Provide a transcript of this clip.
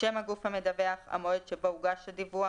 (א)שם הגוף המדווח, (ב)המועד שבו הוגש הדיווח,